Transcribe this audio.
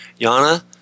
Yana